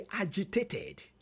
agitated